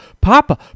papa